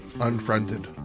Unfriended